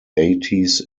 eighties